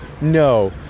no